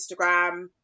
Instagram